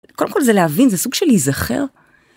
קודם כל זה להבין זה סוג של להיזכר.